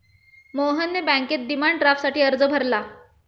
मोहनने बँकेत डिमांड ड्राफ्टसाठी अर्ज भरला